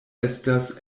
estas